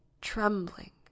trembling